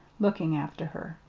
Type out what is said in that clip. looking after her.